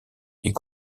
est